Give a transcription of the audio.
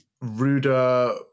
ruder